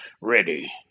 ready